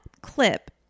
clip